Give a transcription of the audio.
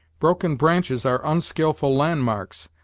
broken branches are onskilful landmarks,